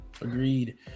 agreed